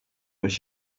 was